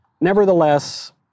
Nevertheless